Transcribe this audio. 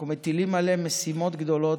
אנחנו מטילים עליהם משימות גדולות,